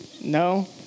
No